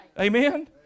Amen